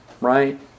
right